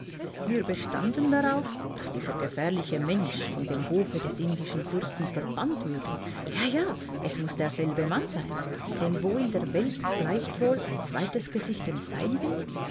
wir bestanden darauf daß dieser gefährliche mensch von dem hofe des indischen fürsten verbannt würde ja ja es muß derselbe mann sein denn wo in der welt gleicht wohl ein zweites gesicht dem seinigen